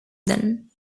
then